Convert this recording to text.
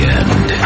end